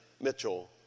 Mitchell